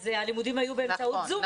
אז הלימודים היו באמצעות זום,